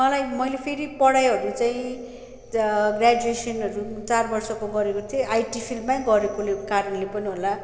मलाई मैले फेरि पढाइहरू चाहिँ ग्र्याजुएसनहरू चार बर्षको गरेको थिएँ आइटी फिल्डमै गरेकोले कारणले पनि होला अब